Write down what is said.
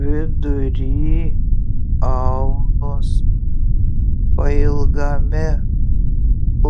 vidury aulos pailgame